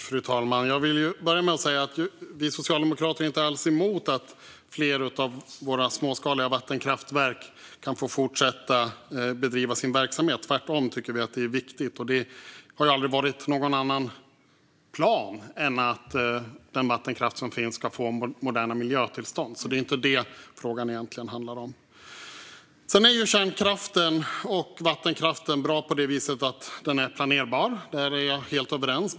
Fru talman! Vi socialdemokrater är inte alls emot att fler av Sveriges småskaliga vattenkraftverk kan få fortsätta att bedriva sin verksamhet. Tvärtom tycker vi att det är viktigt. Planen har aldrig varit någon annan än att den vattenkraft som finns ska få moderna miljötillstånd. Det är alltså inte det frågan handlar om. Kärnkraften och vattenkraften är bra eftersom de är planerbara; här är vi helt överens.